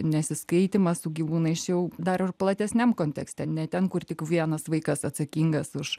nesiskaitymą su gyvūnais čia jau dar ir platesniam kontekste ne ten kur tik vienas vaikas atsakingas už